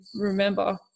remember